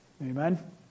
Amen